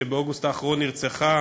שבאוגוסט האחרון נרצחה,